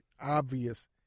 obvious